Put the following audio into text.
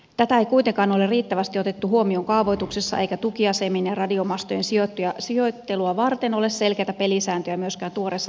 tätä ei kuitenkaan ole riittävästi otettu huomioon kaavoituksessa eikä tukiasemien ja radiomastojen sijoittelua varten ole selkeitä pelisääntöjä myöskään tuoreessa tietoyhteiskuntakaaressa